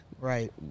Right